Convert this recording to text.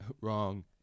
wrong